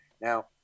Now